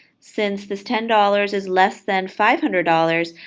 since this ten dollars is less than five hundred dollars,